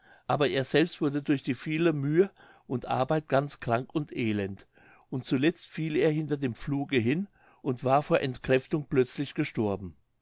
aber er selbst wurde durch die viele mühe und arbeit ganz krank und elend und zuletzt fiel er hinter dem pfluge hin und war vor entkräftung plötzlich gestorben